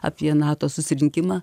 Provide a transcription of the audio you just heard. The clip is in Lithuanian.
apie nato susirinkimą